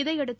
இதனையடுத்து